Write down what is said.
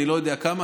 אני לא יודע כמה,